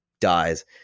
dies